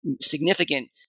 significant